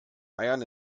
eiern